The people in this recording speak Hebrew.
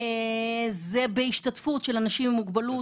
זה בהשתתפות של אנשים עם מוגבלות,